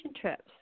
trips